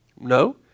No